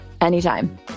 Anytime